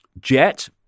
jet